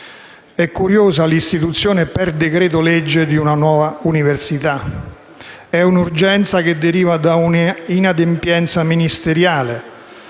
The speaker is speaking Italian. È curiosa l'istituzione per decreto-legge di una nuova università: è un'urgenza che deriva da una inadempienza ministeriale.